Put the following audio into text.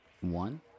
one